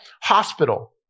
Hospital